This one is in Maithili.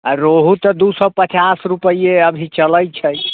आओर रोहू तऽ दू सए पचास रुपैये अभी चलै छै